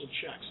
checks